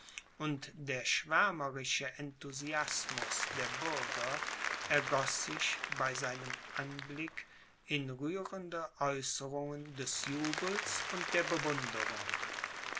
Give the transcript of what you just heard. und der schwärmerische enthusiasmus der bürger ergoß sich bei seinem anblick in rührende aeußerungen des jubels und der bewunderung